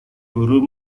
guru